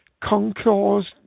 Concours